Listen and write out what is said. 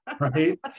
right